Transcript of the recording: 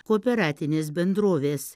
kooperatinės bendrovės